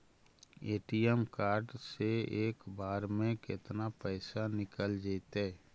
ATM card से एक बार में केतना पैसा निकल जइतै?